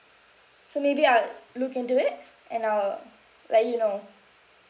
so maybe I'll look into it and I'll let you know